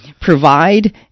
provide